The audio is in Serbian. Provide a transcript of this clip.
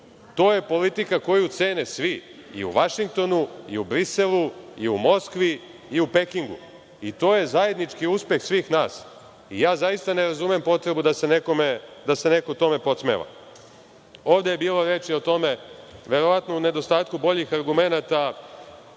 To je politika koju cene svi, i u Vašingtonu i u Briselu i u Moskvi i u Pekingu. To je zajednički uspeh svih nas. Zaista ne razumem potrebu da se neko tome podsmeva. Ovde je bilo reči o tome, verovatno u nedostatku boljih argumenata,